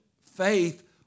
Faith